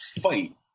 fight